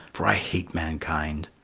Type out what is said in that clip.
for i hate mankind.